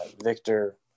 Victor